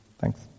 Thanks